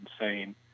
insane